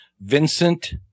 Vincent